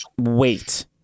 Wait